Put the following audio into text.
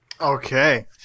okay